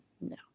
No